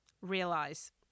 realize